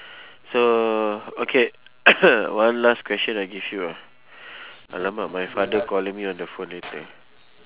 so okay one last question I give you ah !alamak! my father calling me on the phone wait ah